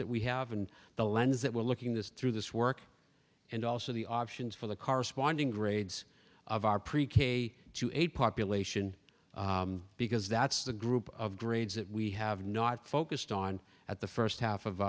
that we have and the lens that we're looking this through this work and also the options for the corresponding grades of our pre k to eight population because that's the group of grades that we have not focused on at the first half of